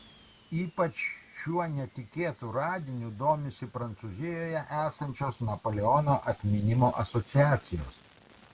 ypač šiuo netikėtu radiniu domisi prancūzijoje esančios napoleono atminimo asociacijos